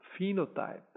phenotype